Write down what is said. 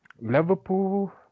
Liverpool